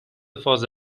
فاز